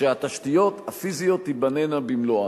שהתשתיות הפיזיות תיבנינה במלואן.